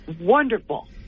wonderful